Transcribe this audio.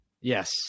Yes